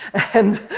and